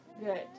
Good